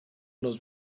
los